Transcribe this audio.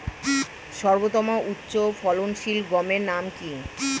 সর্বতম উচ্চ ফলনশীল গমের নাম কি?